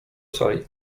sali